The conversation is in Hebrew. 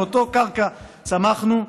מאותה קרקע צמחנו,